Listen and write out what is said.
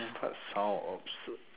what sound ops